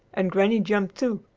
and granny jumped, too,